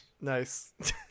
Nice